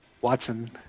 Watson